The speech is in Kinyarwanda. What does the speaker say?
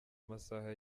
amasaha